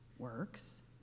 works